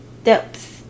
steps